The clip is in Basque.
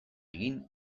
egin